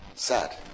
Sad